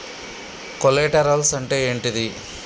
Collaterals అంటే ఏంటిది?